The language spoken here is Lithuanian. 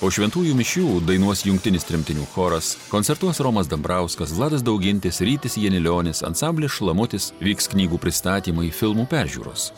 po šventųjų mišių dainuos jungtinis tremtinių choras koncertuos romas dambrauskas vladas daugintis rytis janilionis ansamblis šlamutis vyks knygų pristatymai filmų peržiūros